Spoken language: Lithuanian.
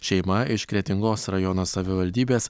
šeima iš kretingos rajono savivaldybės